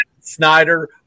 Snyder